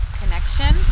connection